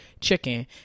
chicken